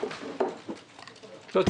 אני